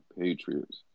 Patriots